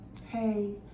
Hey